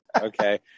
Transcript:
okay